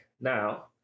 Now